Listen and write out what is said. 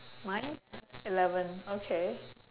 nine eleven okay